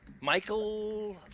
Michael